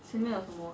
现在